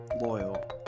loyal